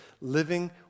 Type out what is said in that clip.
Living